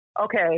okay